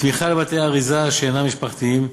תמיכה בבתי-אריזה שאינם משפחתיים,